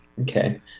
Okay